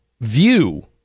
view